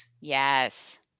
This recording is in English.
Yes